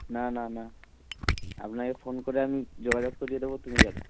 না না না আপনাকে ফোন করে আমি যোগাযোগ করিয়ে দেবো তুমি যাবে